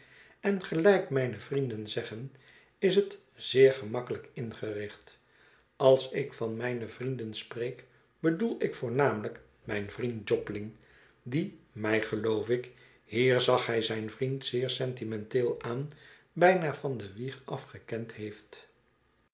en gelijk mijne vrienden zeggen is het zeer gemakkelijk ingericht als ik van mijne vrienden spreek bedoel ik voornamelijk mijn vriend jobling die mij geloof ik hier zag hij zijn vriend zeer sentimenteel aan bijna van de wieg af gekend heeft